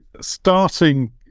starting